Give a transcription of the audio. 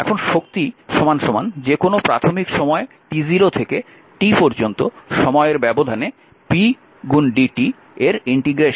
এখন শক্তি যেকোনো প্রাথমিক সময় t0 থেকে t পর্যন্ত সময়ের ব্যবধানে p dt এর ইন্টিগ্রেশন